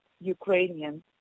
Ukrainian